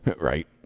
right